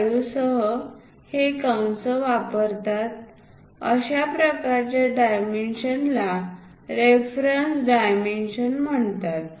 5 सह हे कंस वापरतात अशा प्रकारच्या डायमेन्शन्सना रेफरन्स डायमेन्शन्स म्हणतात